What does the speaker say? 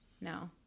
no